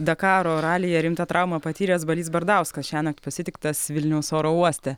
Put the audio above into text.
dakaro ralyje rimtą traumą patyręs balys bardauskas šiąnakt pasitiktas vilniaus oro uoste